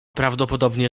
prawdopodobnie